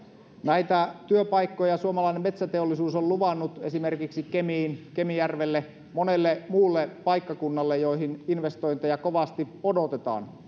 näitä työpaikkoja suomalainen metsäteollisuus on luvannut esimerkiksi kemiin kemijärvelle ja monelle muulle paikkakunnalle joihin investointeja kovasti odotetaan